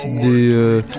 des